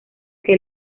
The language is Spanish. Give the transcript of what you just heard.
que